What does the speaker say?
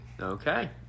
Okay